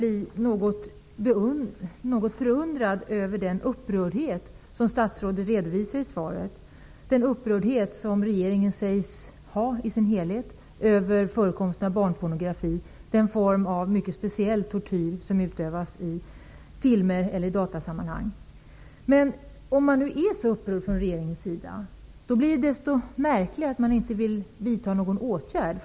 Jag är något förundrad över att statsrådet i svaret säger att regeringen i sin helhet är upprörd över förekomsten av barnpornografi, alltså den mycket speciella form av tortyr som utövas mot barn i filmer eller i datasammanhang. Men om man från regeringens sida nu är så upprörd är det desto märkligare att man inte vill vidta någon åtgärd.